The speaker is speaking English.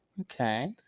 Okay